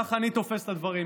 כך אני תופס את הדברים.